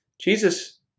Jesus